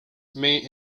may